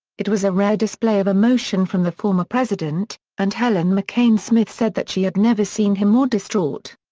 it was a rare display of emotion from the former president, and helen mccain smith said that she had never seen him more distraught.